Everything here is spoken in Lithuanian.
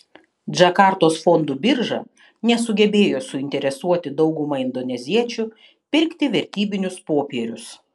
džakartos fondų birža nesugebėjo suinteresuoti daugumą indoneziečių pirkti vertybinius popierius